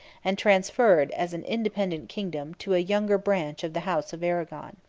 and transferred, as an independent kingdom, to a younger branch of the house of arragon.